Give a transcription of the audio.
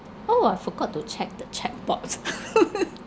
oh I forgot to check the check box